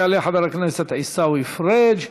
יעלה חבר הכנסת עיסאווי פריג'.